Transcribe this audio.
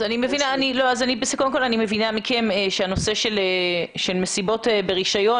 אני מבינה מכם שהנושא של מסיבות ברישיון,